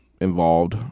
involved